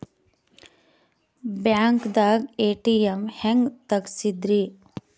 ಬ್ಯಾಂಕ್ದಾಗ ಎ.ಟಿ.ಎಂ ಹೆಂಗ್ ತಗಸದ್ರಿ?